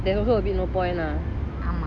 there's also a bit no point lah